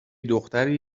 دختری